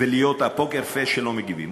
ולהיות ה"פוקר פייס" שלא מגיבים.